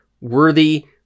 Worthy